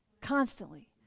constantly